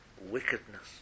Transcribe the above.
wickedness